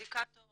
אינדיקטור